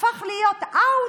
הפך להיות out,